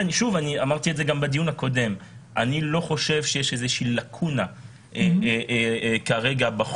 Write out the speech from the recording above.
אני לא חושב שיש לקונה בחוק